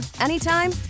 anytime